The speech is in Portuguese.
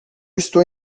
estou